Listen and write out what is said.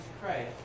Christ